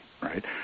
right